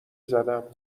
زدم